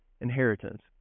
inheritance